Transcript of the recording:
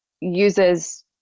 uses